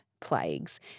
plagues